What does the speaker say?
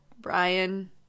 Brian